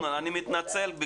אני מתנצל.